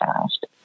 fast